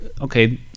okay